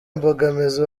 mbogamizi